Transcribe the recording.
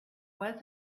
was